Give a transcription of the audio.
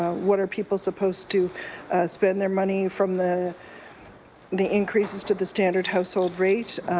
what are people supposed to spend their money from the the increases to the standard household rate?